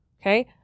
okay